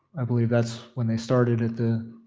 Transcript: i believe that's when they started at the